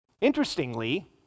Interestingly